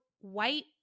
white